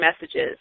messages